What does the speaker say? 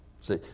See